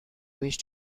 wish